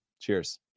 Cheers